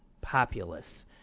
populace